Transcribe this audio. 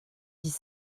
dix